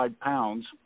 pounds